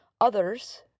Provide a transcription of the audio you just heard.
others